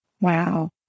Wow